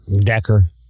Decker